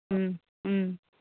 ꯎꯝ ꯎꯝ